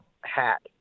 hat